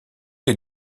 les